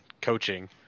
coaching